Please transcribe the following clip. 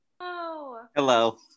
Hello